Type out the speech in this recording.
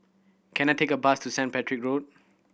can I take a bus to Saint Patrick Road